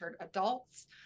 adults